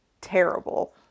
terrible